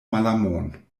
malamon